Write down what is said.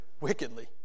wickedly